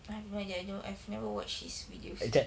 I have no idea I've never I've never watched his videos